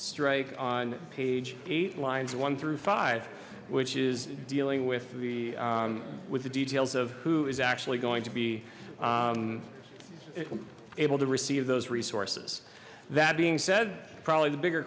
strike on page eight lines one through five which is dealing with the with the details of who is actually going to be able to receive those resources that being said probably the bigger